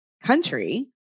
country